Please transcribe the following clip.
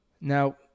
Now